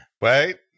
Wait